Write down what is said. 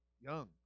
Young